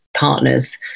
partners